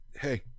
Hey